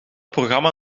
programma